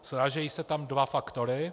Srážejí se tam dva faktory.